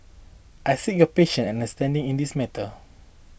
I seek your patience and understanding on this matter